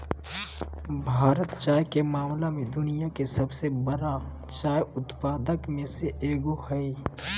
भारत चाय के मामला में दुनिया के सबसे बरा चाय उत्पादक में से एगो हइ